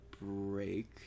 break